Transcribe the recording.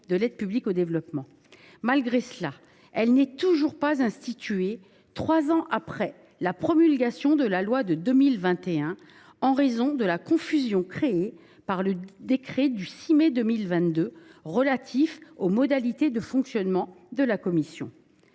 de l’aide publique au développement. Cependant, cette commission n’a toujours pas été instituée, trois ans après la promulgation de la loi de 2021, en raison de la confusion créée par le décret du 6 mai 2022 relatif à ses modalités de fonctionnement. Comme vous